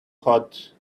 hot